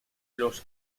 los